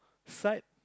side